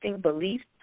beliefs